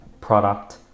product